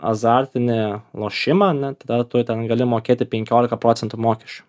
azartinį lošimą ane tada tu ten gali mokėti penkiolika procentų mokesčių